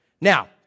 Now